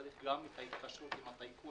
צריך גם את ההתקשרות עם הטייקונים,